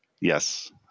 Yes